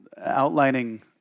outlining